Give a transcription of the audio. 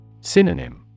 Synonym